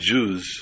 Jews